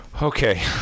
Okay